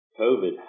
COVID